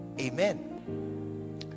amen